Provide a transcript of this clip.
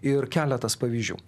ir keletas pavyzdžių